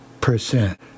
percent